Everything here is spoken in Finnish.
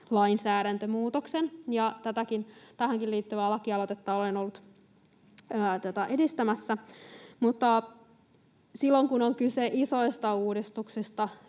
ja yhteistyön. Tähänkin liittyvää lakialoitetta olen ollut edistämässä. Silloin, kun on kyse isoista uudistuksista